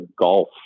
golf